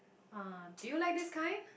ah do you like this kind